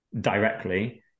directly